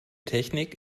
technik